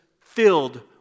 filled